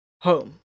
home